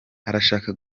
arashaka